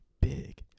big